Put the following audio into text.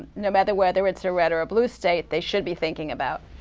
no matter whether it's a red or a blue state, they should be thinking about.